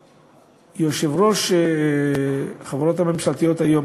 יושב-ראש רשות החברות הממשלתיות היום,